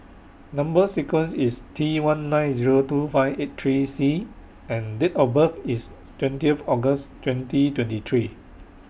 Number sequence IS T one nine Zero two five eight three C and Date of birth IS twentieth August twenty twenty three